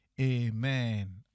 amen